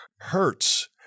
hurts